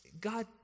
God